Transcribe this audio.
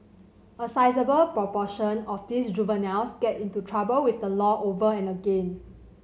a sizeable proportion of these juveniles get into trouble with the law over and again